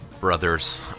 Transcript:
brothers